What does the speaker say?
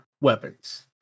weapons